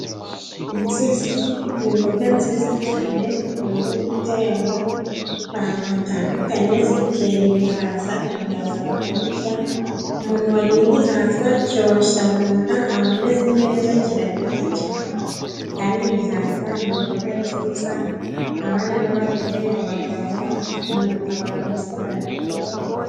Inzuzi ni imboga nziza cyane, zikunze guterwa ahantu hatandukanye. Zikera ibihaza, ibihaza bakabirya. Umuntu wari igihaza cyoroshya mu nda, aba ameze neza. Kiraryoha cyane kandi bihaza. Ni imboga nziza, abana n’abagore, abagabo, abantu bose barabikunda.